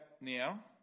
now